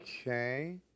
Okay